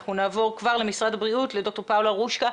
ואנחנו נעבור כבר למשרד הבריאות לד"ר פאולה רושקה,